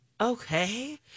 Okay